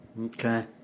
Okay